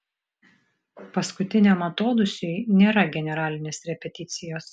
paskutiniam atodūsiui nėra generalinės repeticijos